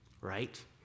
Right